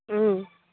ம்